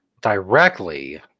directly